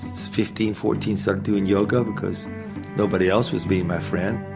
fifteen-fourteen started doing yoga because nobody else was being my friend.